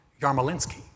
Yarmolinsky